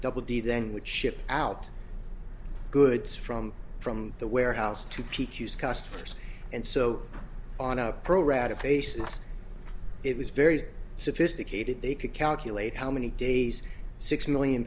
double d then would ship out goods from from the warehouse to peak use customers and so on a pro rata basis it was very sophisticated they could calculate how many days six million